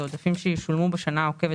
זה עודפים שישולמו בשנה העוקבת.